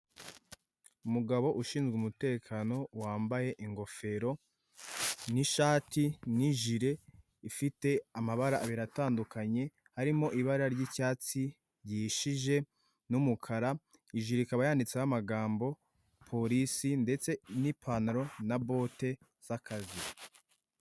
Umugabo ushinzwe umutekano wambaye ingofero, n'ishati nijire ifite amabara abiri atandukanye harimo ibara ry'icyatsi rihishije n'umukara ijuru ikaba yanditseho amagambo porisi ndetse n'ipantaro na bote z'akazi.